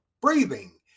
breathing